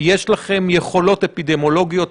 יש לכם יכולות אפידמיולוגיות,